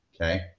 Okay